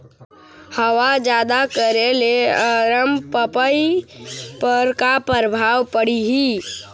हवा जादा करे ले अरमपपई पर का परभाव पड़िही?